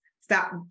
Stop